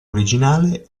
originale